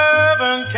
Heaven